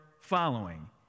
following